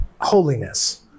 holiness